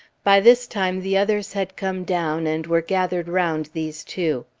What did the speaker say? by this time the others had come down and were gathered round these two.